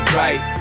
right